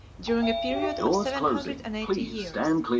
during a period of seven hundred and eighty years,